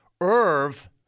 Irv